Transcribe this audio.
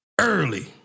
early